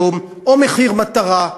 או מחיר מטרה?